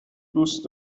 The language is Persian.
دوست